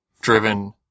driven